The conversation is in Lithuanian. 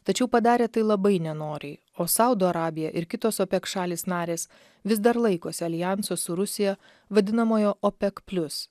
tačiau padarė tai labai nenoriai o saudo arabija ir kitos opek šalys narės vis dar laikosi aljanso su rusija vadinamojo opek plius